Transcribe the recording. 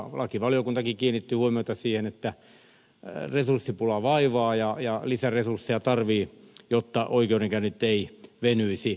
lakivaliokuntakin kiinnitti huomiota siihen että resurssipula vaivaa ja lisäresursseja tarvitaan jotta oikeudenkäynnit eivät venyisi